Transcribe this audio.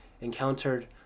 encountered